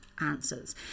answers